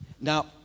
Now